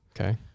Okay